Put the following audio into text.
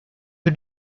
the